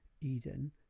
Eden